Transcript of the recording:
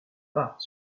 pas